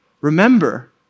Remember